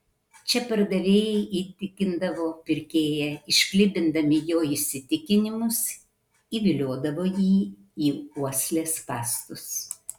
čia pardavėjai įtikindavo pirkėją išklibindami jo įsitikinimus įviliodavo jį į uoslės spąstus